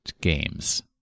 games